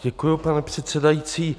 Děkuji, pane předsedající.